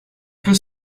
peut